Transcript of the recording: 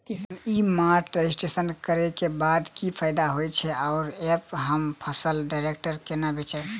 किसान ई mart registration करै केँ बाद की फायदा होइ छै आ ऐप हम फसल डायरेक्ट केना बेचब?